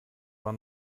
war